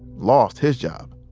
lost his job.